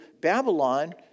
Babylon